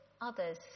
others